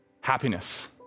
happiness